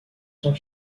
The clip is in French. sont